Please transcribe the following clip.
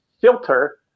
filter